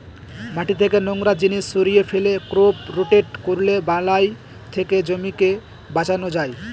মাটি থেকে নোংরা জিনিস সরিয়ে ফেলে, ক্রপ রোটেট করলে বালাই থেকে জমিকে বাঁচানো যায়